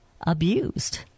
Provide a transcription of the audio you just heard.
abused